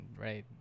right